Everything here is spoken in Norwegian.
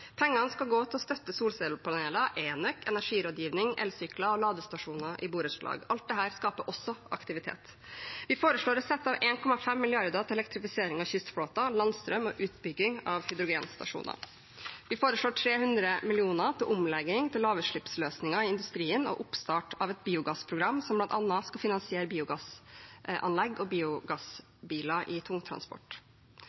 Pengene skal gå til å støtte solcellepaneler, enøk, energirådgivning, elsykler og ladestasjoner i borettslag. Alt dette skaper også aktivitet. Vi foreslår å sette av 1,5 mrd. kr til elektrifisiering av kystflåten, landstrøm og utbygging av hydrogenstasjoner. Vi foreslår 300 mill. kr til omlegging til lavutslippsløsninger i industrien og oppstart av et biogassprogram som bl.a. skal finansiere biogassanlegg og